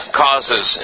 causes